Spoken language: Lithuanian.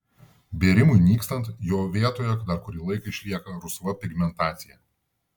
bėrimui nykstant jo vietoje dar kurį laiką išlieka rusva pigmentacija